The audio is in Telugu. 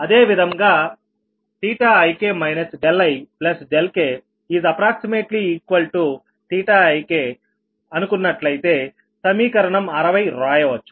అదేవిధంగా ik ikikఅనుకున్నట్లయితే సమీకరణం 60 వ్రాయవచ్చు